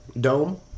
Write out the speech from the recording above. dome